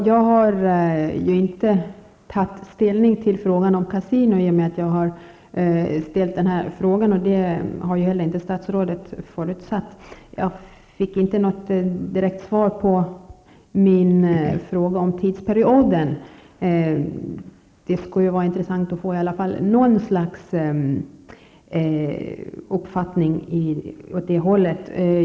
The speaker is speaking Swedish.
Herr talman! Jag har inte tagit ställning till spörsmålet om kasino i och med att jag har ställt denna fråga, och det har inte heller statsrådet förutsatt, men jag fick inte något svar på min fråga om tidsperioden. Det skulle vara intressant att få i varje fall något slags besked på den punkten.